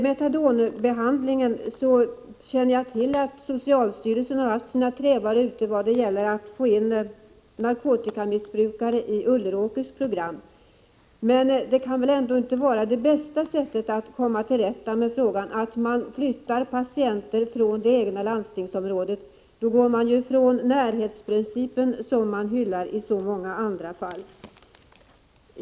Jag känner till att socialstyrelsen haft sina trevare ute när det gäller möjligheterna att få in narkotikamissbrukare i Ulleråkers metadonprogram. Men det bästa sättet att komma till rätta med problemet kan väl ändå inte vara att man flyttar patienter från det egna landstingsområdet. Då går man ju ifrån närhetsprincipen, som man hyllar i så många andra sammanhang.